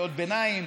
קריאות ביניים,